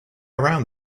around